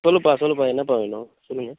சொல்லுப்பா சொல்லுப்பா என்னப்பா வேணும் சொல்லுங்கள்